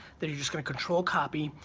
that you're just gonna control copy,